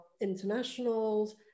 internationals